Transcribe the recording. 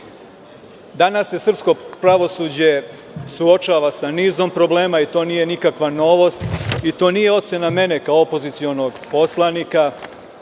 se srpsko pravosuđe suočava sa nizom problema i to nije nikakva novost. Nije to moja ocena, kao opozicionih poslanika,